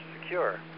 secure